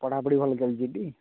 ପଢ଼ାପଢି ଭଲ ଚାଲିଛି ଟି